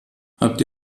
habt